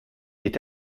est